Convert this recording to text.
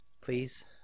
Please